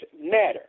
matter